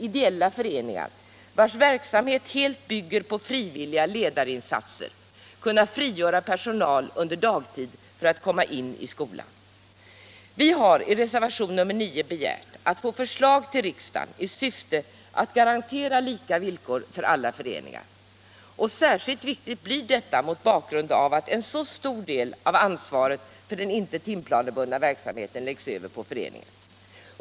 ideella föreningar, vilkas verksamhet helt bygger på frivilliga ledarinsatser, kunna frigöra personal under dagtid för att komma in i skolan? Vi har i reservationen 9 begärt att få förslag till riksdagen i syfte att garantera lika villkor för alla föreningar. Särskilt viktigt blir detta mot bakgrund av att en så stor del av ansvaret för den icke timplanebundna verksamheten läggs över på föreningarna.